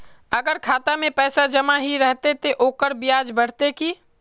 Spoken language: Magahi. अगर खाता में पैसा जमा ही रहते ते ओकर ब्याज बढ़ते की?